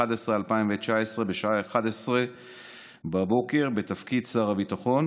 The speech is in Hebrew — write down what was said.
בנובמבר 2019 בשעה 11:00 בתפקיד שר הביטחון,